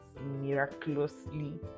miraculously